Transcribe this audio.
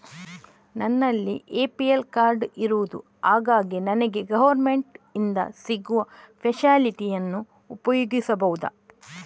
ನನ್ನಲ್ಲಿ APL card ಇರುದು ಹಾಗಾಗಿ ನನಗೆ ಗವರ್ನಮೆಂಟ್ ಇಂದ ಸಿಗುವ ಫೆಸಿಲಿಟಿ ಅನ್ನು ಉಪಯೋಗಿಸಬಹುದಾ?